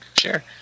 sure